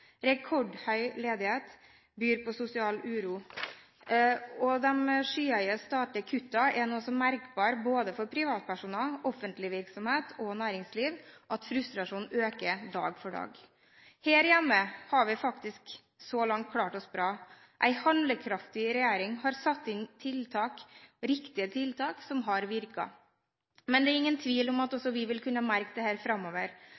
Rekordhøy ledighet byr på sosial uro, og de skyhøye statlige kuttene er nå så merkbare både for privatpersoner, offentlige virksomheter og næringsliv at frustrasjonen øker dag for dag. Her hjemme har vi så langt klart oss bra. En handlekraftig regjering har satt inn riktige tiltak som har virket. Men det er ingen tvil om at også vi vil kunne merke dette framover,